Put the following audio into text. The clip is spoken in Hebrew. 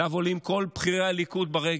אליו עולים כל בכירי הליכוד לרגל,